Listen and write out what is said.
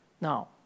Now